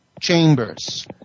chambers